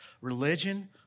religion